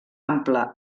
ampla